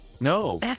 no